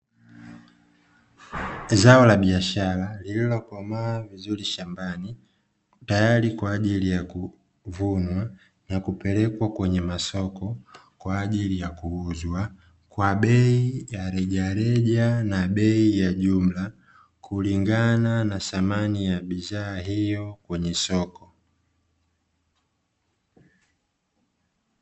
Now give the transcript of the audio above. Zao la biashara lililokomaa vizuri shambani tayari kwa ajili ya kuvunwa na kupelekwa kwenye masoko kwa ajili ya kuuzwa kwa bei ya rejareja na bei ya jumla kulingana na samani ya bidhaa hiyo kwenye soko.